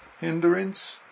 hindrance